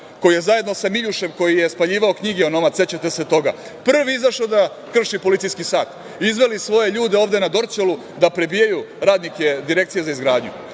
koji je zajedno sa Miljušem koji je spaljivao knjige onomad, sećate se toga, prvi izašao da krši policijski sat, izveli svoje ljude ovde na Dorćolu da prebijaju radnike Direkcije za izgradnju,